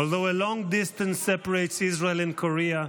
‏Although a long distance separates Israel and Korea,